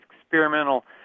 experimental